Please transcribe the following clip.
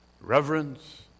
Reverence